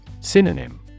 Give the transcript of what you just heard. Synonym